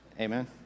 amen